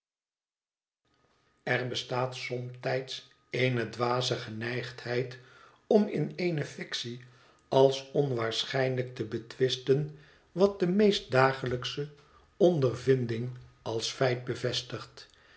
er bestaat somtijds eene dwaze geneigdheid om in eene fictie als onwaarschijnlijk te betwisten wat de meest dagelijksche ondervinding als feit bevestigt